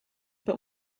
but